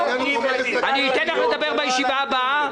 אתן לך לדבר בישיבה הבאה.